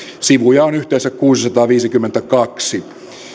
sivuja on yhteensä kuusisataaviisikymmentäkaksi